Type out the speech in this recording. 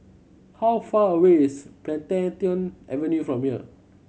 how far away is Plantation Avenue from here